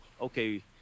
okay